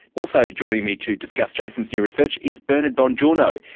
also joining me to discuss jason's new research is bernard bongiorno,